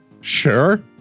sure